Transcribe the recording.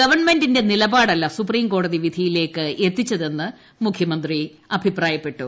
ഗവൺമെന്റിന്റെ നിലപാടല്ല സൂപ്രീം കോടതി വിധിയിലേക്ക് എത്തിച്ചതെന്ന് മുഖ്യമന്ത്രി അഭിപ്രായപ്പെട്ടു